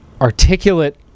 articulate